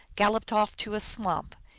galloped off to a swamp,